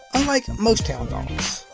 unlike most hound dogs.